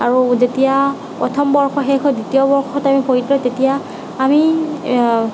আৰু যেতিয়া প্ৰথম বৰ্ষ শেষ হৈ দ্বিতীয় বৰ্ষত আমি ভৰি দিলোঁ তেতিয়া আমি